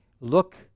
look